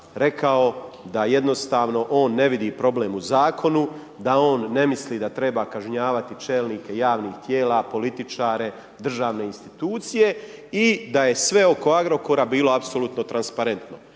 rekao da jednostavno on ne vidi problem u Zakonu, da on ne misli da treba kažnjavati čelnike javnih tijela, političare, državne institucije i da je sve oko Agrokora bilo apsolutno transparentno.